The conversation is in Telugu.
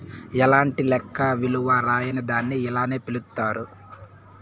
ఎలాంటి లెక్క విలువ రాయని దాన్ని ఇలానే పిలుత్తారు